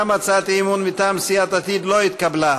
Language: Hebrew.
גם הצעת האי-אמון מטעם סיעת יש עתיד לא נתקבלה.